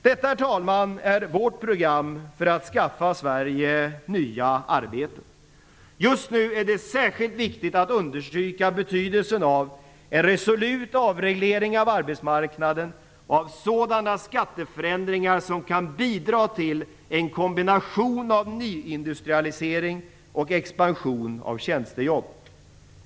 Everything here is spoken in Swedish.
Detta, herr talman, är vårt program för att skaffa Just nu är det särskilt viktigt att understryka betydelsen av en resolut avreglering av arbetsmarknaden och av sådana skatteförändringar som kan bidra till en kombination av nyindustrialisering och expansion av tjänstejobb.